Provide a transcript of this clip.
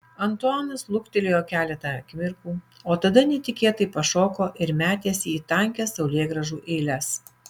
antuanas luktelėjo keletą akimirkų o tada netikėtai pašoko ir metėsi į tankias saulėgrąžų eiles